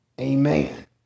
Amen